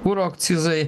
kuro akcizai